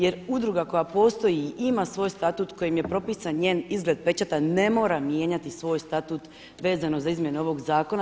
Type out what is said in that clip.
Jer udruga koja postoji i ima svoj statut kojim je propisan njen izgled pečata ne mora mijenjati svoj statut vezano za izmjene ovoga Zakona.